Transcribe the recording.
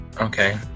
Okay